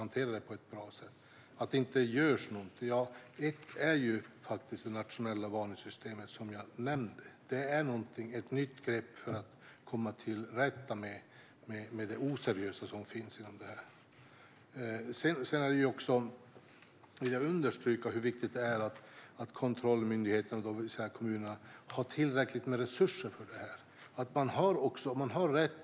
När det gäller att det inte görs någonting är det internationella varningssystemet som jag nämnde ett nytt grepp för att komma till rätta med det oseriösa inslaget inom området. Jag vill också understryka hur viktigt det är att kontrollmyndigheten, det vill säga kommunerna, har tillräckligt med resurser för det här.